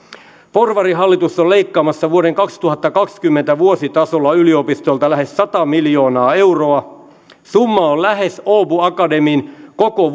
porvarihallitus on leikkaamassa vuoden kaksituhattakaksikymmentä vuositasolla yliopistolta lähes sata miljoonaa euroa summa on lähes åbo akademin koko